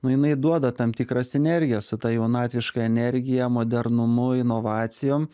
nu jinai duoda tam tikrą sinergiją su ta jaunatviška energija modernumu inovacijom